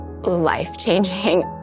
life-changing